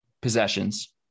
possessions